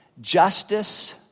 justice